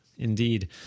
Indeed